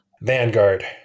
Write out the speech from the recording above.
Vanguard